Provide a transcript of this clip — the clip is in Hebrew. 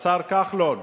השר כחלון,